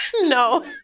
No